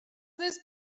this